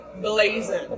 blazing